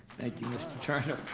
thank you mr. turner.